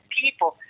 people